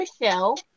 Michelle